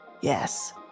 Yes